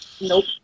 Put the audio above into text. Nope